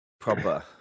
proper